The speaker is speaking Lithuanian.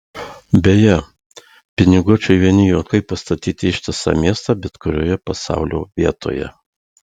beje piniguočiui vieni juokai pastatyti ištisą miestą bet kurioje pasaulio vietoje